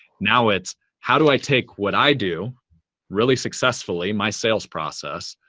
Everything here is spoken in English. now it's how do i take what i do really successfully, my sales process,